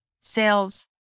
sales